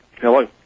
Hello